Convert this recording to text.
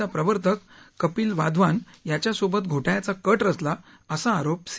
चा प्रवर्तक कपील वाधवान याच्यासोबत घोटाळ्याचा कट रचला असा आरोप सी